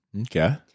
Okay